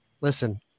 listen